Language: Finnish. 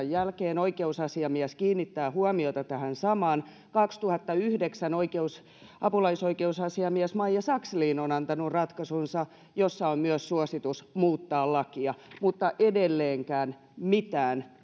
jälkeen oikeusasiamies kiinnittää huomiota tähän samaan kaksituhattayhdeksän apulaisoikeusasiamies maija sakslin on antanut ratkaisunsa jossa on myös suositus muuttaa lakia mutta edelleenkään mitään